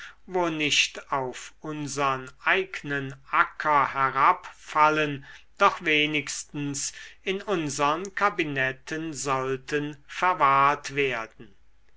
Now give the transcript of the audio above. wo nicht auf unsern eignen acker herabfallen doch wenigstens in unsern kabinetten sollten verwahrt werden